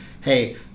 hey